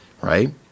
Right